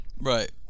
Right